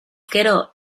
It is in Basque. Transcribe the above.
gero